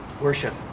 worship